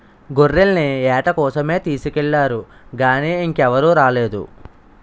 గొర్రెల్ని ఏట కోసమే తీసుకెల్లారు గానీ ఇంకా ఎవరూ రాలేదు